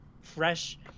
fresh